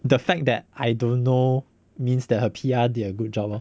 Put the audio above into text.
the fact that I don't know means that her P_R did a good job lor